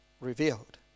revealed